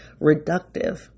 reductive